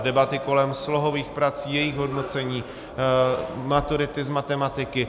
Debaty kolem slohových prací, jejich hodnocení, maturity z matematiky.